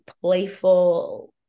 playful